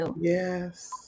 Yes